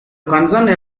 concerned